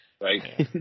right